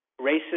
racist